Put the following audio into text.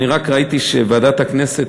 אני רק ראיתי שוועדת הכנסת,